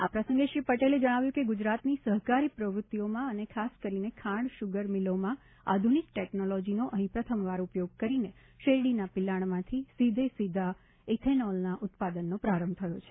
આ પ્રસંગે શ્રી પટેલે જણાવ્યું હતું કે ગુજરાતની સહકારી પ્રવૃત્તિઓમાં અને ખાસ કરીને ખાંડ સુગર મિલોમાં આધુનિક ટેકનોલોજીનો અહીં પ્રથમવાર ઉપયોગ કરીને શેરડીના પિલાણમાંથી સીધે સીધા ઇથેનોલનાં ઉત્પાદનનો પ્રારંભ થયો છે